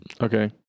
Okay